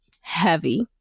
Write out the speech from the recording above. heavy